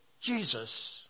Jesus